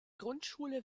grundschule